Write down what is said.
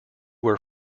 were